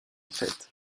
fête